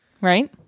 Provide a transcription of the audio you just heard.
right